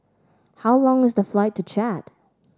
how long is the flight to Chad